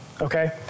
Okay